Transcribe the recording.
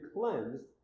cleansed